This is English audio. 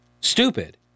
stupid